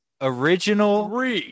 original